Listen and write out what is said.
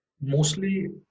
mostly